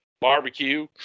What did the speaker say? barbecue